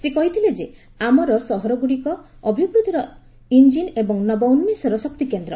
ସେ କହିଥିଲେ ଆମର ସହରଗୁଡ଼ିକ ଅଭିବୃଦ୍ଧିର ଇଞ୍ଜିନ ଏବଂ ନବୋନ୍ଦେଷର ଶକ୍ତିକେନ୍ଦ୍ର